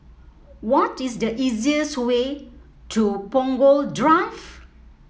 what is the easiest way to Punggol Drive